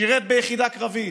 שירת ביחידה קרבית,